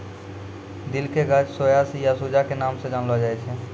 दिल के गाछ सोया या सूजा के नाम स जानलो जाय छै